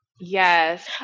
Yes